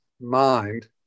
mind